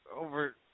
over